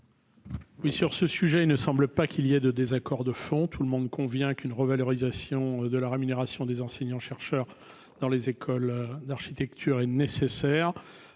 Oui, sur ce sujet ne semble pas qu'il y a de désaccords de fond tout le monde convient qu'une revalorisation de la rémunération des enseignants chercheurs dans les écoles d'architecture et nécessaire,